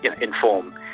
inform